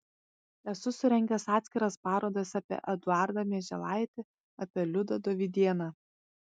esu surengęs atskiras parodas apie eduardą mieželaitį apie liudą dovydėną